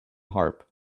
harp